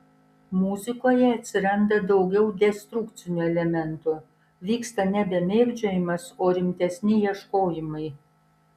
muzikoje atsiranda daugiau destrukcinių elementų vyksta nebe mėgdžiojimas o rimtesni ieškojimai